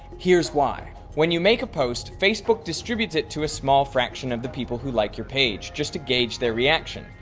here's why when you make a post, facebook distributes it to a small fraction of the people who like your page just to gauge their reaction.